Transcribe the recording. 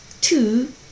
two